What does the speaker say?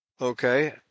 Okay